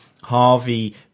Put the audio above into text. Harvey